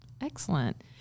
Excellent